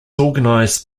organized